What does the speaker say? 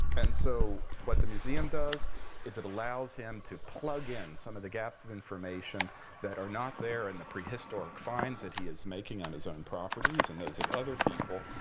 and so what the museum does is it allows him to plug in some of the gaps of information that are not there in and the prehistoric finds that he is making on his own properties and those of other people.